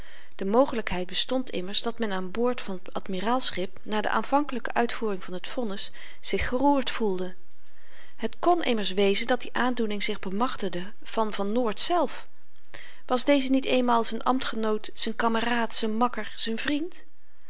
de mogelykheid bestond immers dat men aan boord van t admiraalschip na de aanvankelyke uitvoering van t vonnis zich geroerd voelde het kn immers wezen dat die aandoening zich bemachtigde van van noort zelf was deze niet eenmaal z'n ambtgenoot z'n kameraad z'n makker z'n vriend